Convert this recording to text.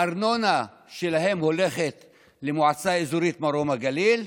הארנונה שלהם הולכת למועצה האזורית מרום הגליל.